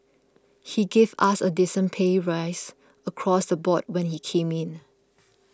he gave us a decent pay rise across the board when he came in